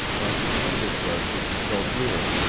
went to chambersburg to consult ewell,